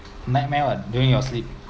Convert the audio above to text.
nightmare what during your sleep